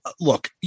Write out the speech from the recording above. look